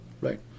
right